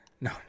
No